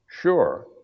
sure